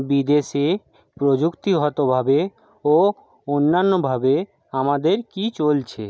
বিদেশে প্রযুক্তিগতভাবে ও অন্যান্যভাবে আমাদের কী চলছে